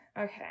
Okay